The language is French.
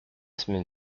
semaine